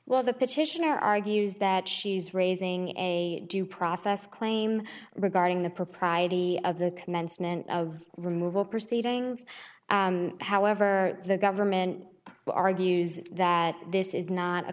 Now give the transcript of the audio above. well the petitioner argues that she's raising a due process claim regarding the propriety of the commencement of removal proceedings however the government argues that this is not a